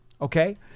Okay